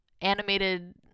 animated